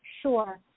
Sure